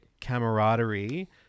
camaraderie